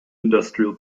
industrial